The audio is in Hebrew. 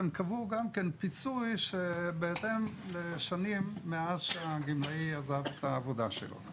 הם קבעו גם כן פיצוי שווה ערך לשנים מאז שהגמלאי עזב את העבודה שלו.